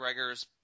mcgregor's